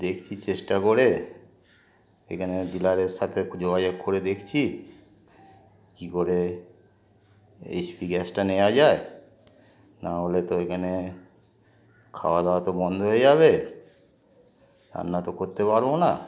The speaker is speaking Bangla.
দেখছি চেষ্টা করে এখানে ডিলারের সাথে যোগাযোগ করে দেখছি কী করে এইচ পি গ্যাসটা নেওয়া যায় নাহলে তো এখানে খাওয়া দাওয়া তো বন্ধ হয়ে যাবে রান্না তো করতে পারবো না